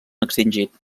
extingit